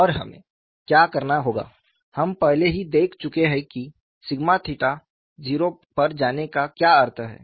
और हमें क्या करना होगा हम पहले ही देख चुके हैं कि के 0 पर जाने का क्या अर्थ है